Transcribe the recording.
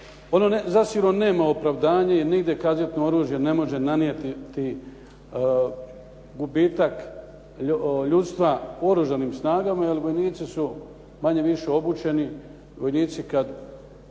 zasigurno nema opravdanje i nigdje kazetno oružje ne može nanijeti gubitak ljudstva u oružanim snagama jer vojnici su manje-više obučeni.